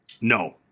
no